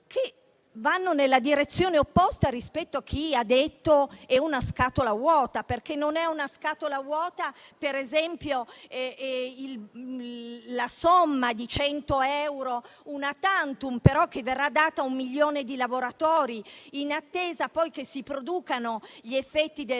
che vanno nella direzione opposta rispetto a quella sostenuta da chi ha detto che è una scatola vuota. Non è una scatola vuota, per esempio, la somma di 100 euro *una tantum*, che però verrà data a un milione di lavoratori in attesa che si producano gli effetti del